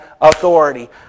authority